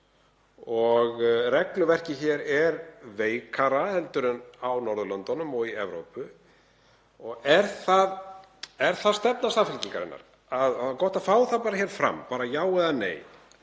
Regluverkið hér er veikara en á Norðurlöndunum og í Evrópu. Er það stefna Samfylkingarinnar — það væri gott að fá það hér fram, bara já eða nei